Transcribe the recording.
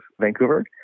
Vancouver